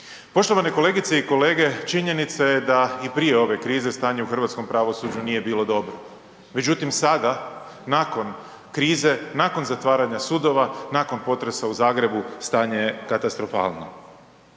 Poštovane kolegice i kolege, činjenica je da i prije ove krize stanje u hrvatskom pravosuđu nije bilo dobro, međutim sada nakon krize, nakon zatvaranja sudova, nakon potresa u Zagrebu stanje je katastrofalno.